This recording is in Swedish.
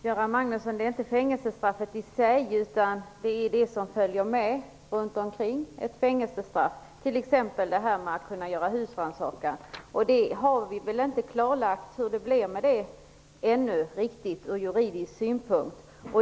Herr talman! Det är inte fängelsestraffet i sig, Göran Magnusson, utan det som följer med ett fängelsestraff, t.ex. att kunna göra husrannsakan. Hur det blir med det har vi väl inte klarlagt riktigt ännu ur juridisk synpunkt.